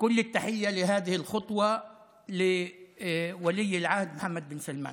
כל הכבוד על הצעד הזה ליורש העצר מוחמד בן סלמאן.)